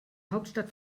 hauptstadt